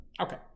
Okay